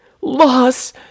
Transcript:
loss